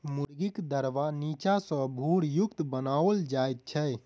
मुर्गीक दरबा नीचा सॅ भूरयुक्त बनाओल जाइत छै